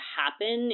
happen